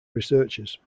researchers